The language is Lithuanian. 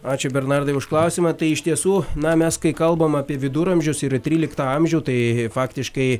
ačiū bernardai už klausimą tai iš tiesų na mes kai kalbam apie viduramžius ir tryliktą amžių tai faktiškai